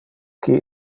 qui